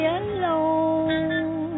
alone